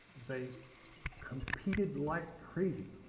they competed like crazy,